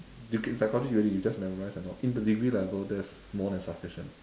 you can psychology really you just memorize or not in degree level that's more than sufficient